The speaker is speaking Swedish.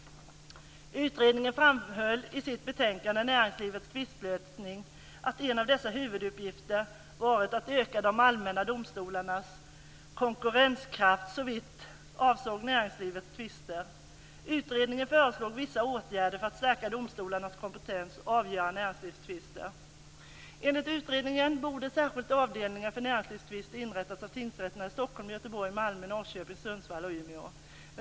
Utredningen framhöll i sitt betänkande Näringslivets tvistlösning att en av dess huvuduppgifter varit att öka de allmänna domstolarnas konkurrenskraft vad avsåg näringslivets tvister. Utredningen föreslog vissa åtgärder för att stärka domstolarnas kompetens att avgöra näringslivstvister. Enligt utredningen borde särskilda avdelningar för näringslivstvister inrättas vid tingsrätterna i Stockholm. Göteborg, Malmö, Norrköping, Sundsvall och Umeå.